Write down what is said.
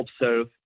observe